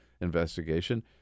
investigation